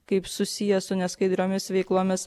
kaip susiję su neskaidriomis veiklomis